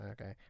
Okay